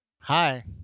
Hi